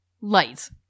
Light